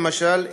למשל,